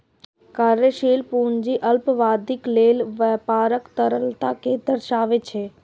कार्यशील पूंजी अल्पावधिक लेल व्यापारक तरलता कें दर्शाबै छै